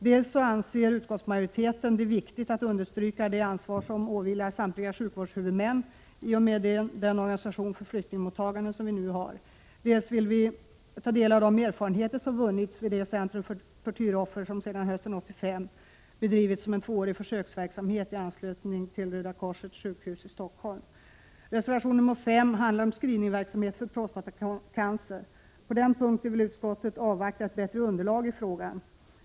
Dels anser utskottsmajoriteten att det är viktigt att understryka det ansvar som åvilar samtliga sjukvårdshuvudmän i och med den organisation för flyktingmottagande som vi nu har, dels vill vi ta del av de erfarenheter som vunnits vid det centrum för tortyroffer som sedan hösten 1985 bedrivits i anslutning till Röda korsets sjukhus i Stockholm som en försöksverksamhet under två år. Reservation nr 5 handlar om screeningverksamhet för prostatacancer. Utskottet vill avvakta ett bättre underlag i den frågan.